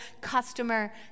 customer